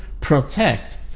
protect